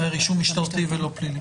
משטרתי ולא פלילי.